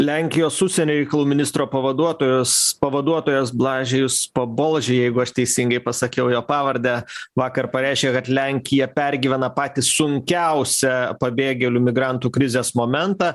lenkijos užsienio reikalų ministro pavaduotojas pavaduotojas blažiejus pabolžė jeigu aš teisingai pasakiau jo pavardę vakar pareiškė kad lenkija pergyvena patį sunkiausią pabėgėlių migrantų krizės momentą